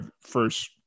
first